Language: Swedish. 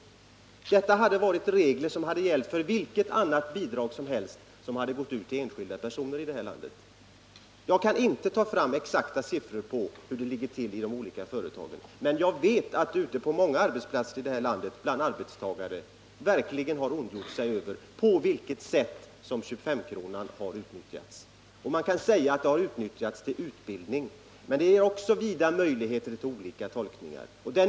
Det är en regel som skulle ha gällt för vilket annat bidrag som helst som hade gått ut till enskilda personer i det här landet. Jag kan inte ta fram exakta siffror på hur det ligger till i de olika företagen, men jag vet att ute på många arbetsplatser har arbetstagare verkligen ondgjort sig över det sätt på vilket 25-kronan har utnyttjats. Man kan säga att den har utnyttjats till utbildning, men det finns också vida möjligheter till olika tolkningar.